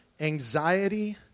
anxiety